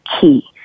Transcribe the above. key